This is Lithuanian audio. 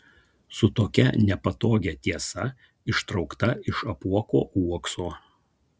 su tokia nepatogia tiesa ištraukta iš apuoko uokso